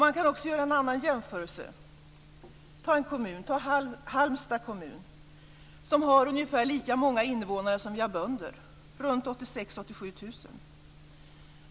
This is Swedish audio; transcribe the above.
Man kan också göra en annan jämförelse. Halmstad kommun t.ex. har ungefär lika många invånare som bönder, runt 86 000-87 000.